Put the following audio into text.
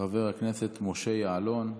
חבר הכנסת משה יעלון.